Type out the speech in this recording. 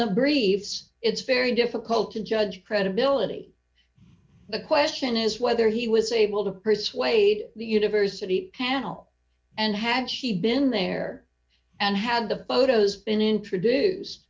the briefs it's very difficult to judge credibility the question is whether he was able to persuade the university panel and had she been there and had the photos been introduced